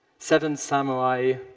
seven samurai,